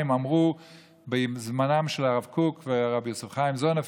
אמרו בזמנם של הרב קוק ורבי יוסף חיים זוננפלד,